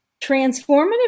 transformative